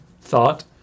thought